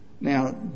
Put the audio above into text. Now